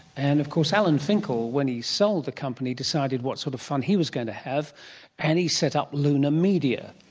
and of course alan finkel when he sold the company decided what sort of fun he was going to have and he set up luna media,